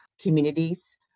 communities